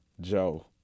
joe